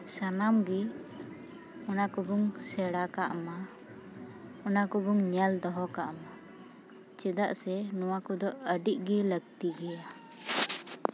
ᱥᱟᱱᱟᱢ ᱜᱮ ᱚᱱᱟ ᱠᱚᱵᱚᱱ ᱥᱮᱬᱟ ᱠᱟᱜ ᱢᱟ ᱚᱱᱟ ᱠᱚᱵᱚᱱ ᱧᱮᱞ ᱫᱚᱦᱚ ᱠᱟᱜ ᱢᱟ ᱪᱮᱫᱟᱜ ᱥᱮ ᱱᱚᱣᱟ ᱠᱚᱫᱚ ᱟᱹᱰᱤᱜᱮ ᱞᱟᱹᱠᱛᱤ ᱜᱮᱭᱟ